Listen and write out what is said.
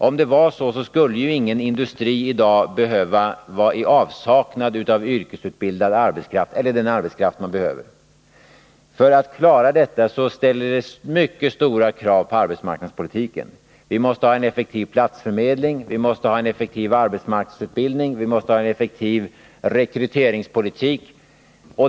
Om det vore så skulle ingen industri i dag behöva vara i avsaknad av yrkesutbildad arbetskraft eller den arbetskraft man behöver. Det ställs mycket stora krav på arbetsmarknadspolitiken för att klara detta arbetskraftsbehov. Vi måste ha en effektiv platsförmedling, en effektiv arbetsmarknadsutbildning och en effektiv rekryteringspolitik.